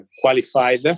qualified